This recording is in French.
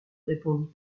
répondit